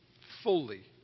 fully